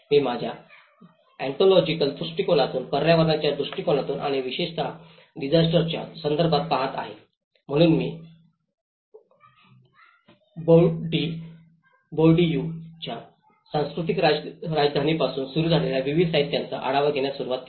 मी माझ्या ऑन्टॉलॉजिकल दृष्टीकोनातून पर्यावरणाच्या दृष्टीकोनातून आणि विशेषत डिसास्टरच्या संदर्भात पहात आहे म्हणूनच मी बौर्डीयूBourdieu'sच्या सांस्कृतिक राजधानीपासून सुरू झालेल्या विविध साहित्याचा आढावा घेण्यास सुरूवात केली